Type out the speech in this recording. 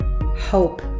hope